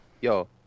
yo